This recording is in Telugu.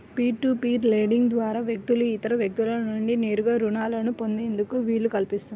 పీర్ టు పీర్ లెండింగ్ ద్వారా వ్యక్తులు ఇతర వ్యక్తుల నుండి నేరుగా రుణాలను పొందేందుకు వీలు కల్పిస్తుంది